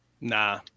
Nah